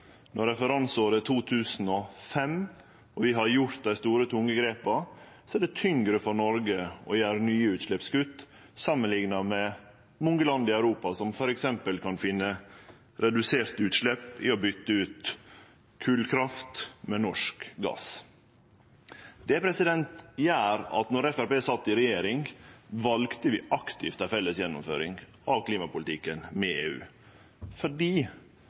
Når referanseåret er 2005, og vi har gjort dei store, tunge grepa, er det tyngre for Noreg å gjere nye utsleppskutt samanlikna med mange land i Europa som f.eks. kan finne reduserte utslepp i å bytte ut kolkraft med norsk gass. Det gjorde at Framstegspartiet då vi sat i regjering, aktivt valde ei felles gjennomføring av klimapolitikken med EU – fordi